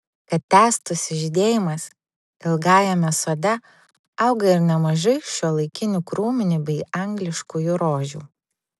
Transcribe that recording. kad tęstųsi žydėjimas ilgajame sode auga ir nemažai šiuolaikinių krūminių bei angliškųjų rožių